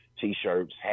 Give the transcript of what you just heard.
t-shirts